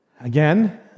again